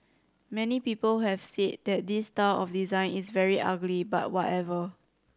many people have said that this style of design is very ugly but whatever